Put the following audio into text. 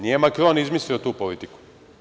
Nije Makron izmislio tu politiku.